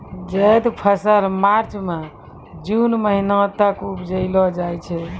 जैद फसल मार्च सें जून महीना तक उपजैलो जाय छै